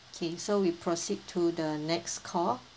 okay so we proceed to the next call